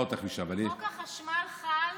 חוק החשמל חל